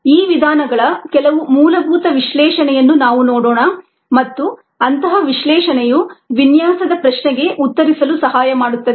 ಈ ವಿಧಾನಗಳ ಕೆಲವು ಮೂಲಭೂತ ವಿಶ್ಲೇಷಣೆಯನ್ನು ನಾವು ನೋಡೋಣ ಮತ್ತು ಅಂತಹ ವಿಶ್ಲೇಷಣೆಯು ವಿನ್ಯಾಸದ ಪ್ರಶ್ನೆಗೆ ಉತ್ತರಿಸಲು ಸಹಾಯ ಮಾಡುತ್ತದೆ